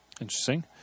Interesting